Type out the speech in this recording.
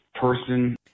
person